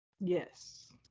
Yes